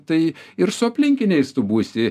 tai ir su aplinkiniais tu būsi